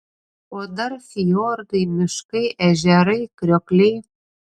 o dar fjordai miškai ežerai kriokliai